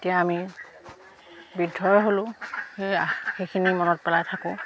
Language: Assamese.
এতিয়া আমি বৃদ্ধই হ'লোঁ সেয়া সেইখিনি মনত পেলাই থাকোঁ